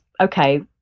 okay